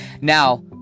Now